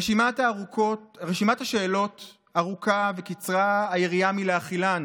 רשימת השאלות ארוכה וקצרה היריעה מלהכילן,